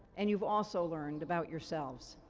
and you've also learned about yourselves.